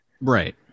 Right